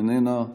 איננה,